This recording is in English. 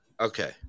Okay